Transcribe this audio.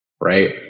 right